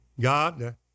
God